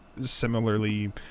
similarly